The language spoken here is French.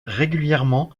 régulièrement